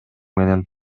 менен